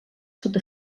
sota